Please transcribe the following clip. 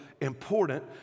important